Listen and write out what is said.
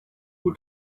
who